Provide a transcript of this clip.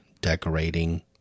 Decorating